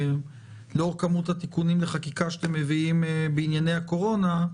לאור כמות התיקונים לחקיקה שאתם מביאים בענייני הקורונה,